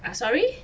I'm sorry